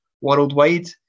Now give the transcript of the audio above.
worldwide